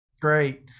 great